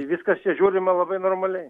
viskas čia žiūrima labai normaliai